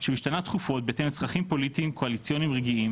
שמשתנה תכופות בהתאם לצרכים פוליטיים קואליציוניים רגעיים